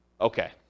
okay